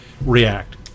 react